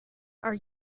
are